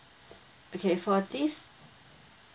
okay for this